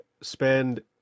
spend